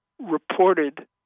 reported